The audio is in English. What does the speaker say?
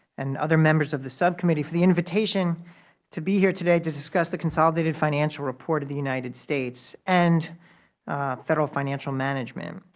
and other members of the subcommittee for the invitation to be here today to discuss the consolidated financial report of the united states and federal financial management.